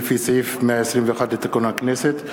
על-פי סעיף 121 לתקנון הכנסת,